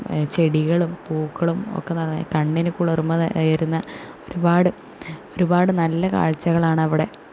ചെടികളും പൂക്കളും ഒക്കെ കണ്ണിനു കുളിർമയേറുന്ന ഒരുപാട് ഒരുപാട് നല്ല കാഴ്ചകളാണവിടെ പശുക്കളും